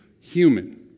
human